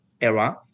era